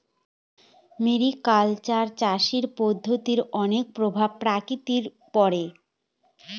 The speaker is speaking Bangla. মেরিকালচার চাষের পদ্ধতির অনেক প্রভাব প্রকৃতিতে পড়ে